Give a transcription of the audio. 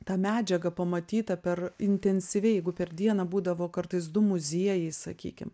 tą medžiagą pamatytą per intensyviai jeigu per dieną būdavo kartais du muziejai sakykim